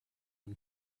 him